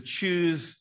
choose